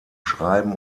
schreiben